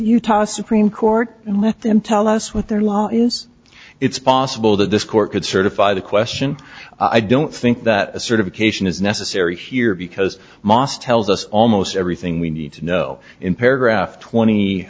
utah supreme court and let them tell us what their law is it's possible that this court could certify the question i don't think that a certification is necessary here because moss tells us almost everything we need to know in paragraph twenty